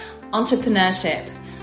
entrepreneurship